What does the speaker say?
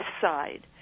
side